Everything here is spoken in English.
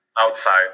outside